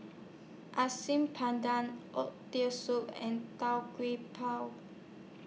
Asam Oxtail Soup and Tau Kwa Pau